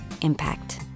impact